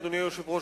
אדוני היושב-ראש,